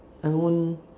I won't